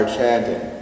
chanting